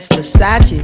Versace